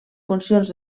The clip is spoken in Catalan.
funcions